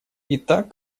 итак